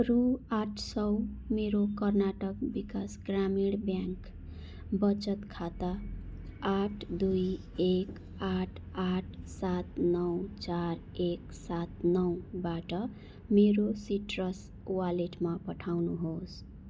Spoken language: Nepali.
रु आठ सौ मेरो कर्नाटक विकास ग्रामीण ब्याङ्क वचत खाता आठ दुई एक आठ आठ सात नौ चार एक सात नौबाट मेरो सिट्रस वालेटमा पठाउनुहोस्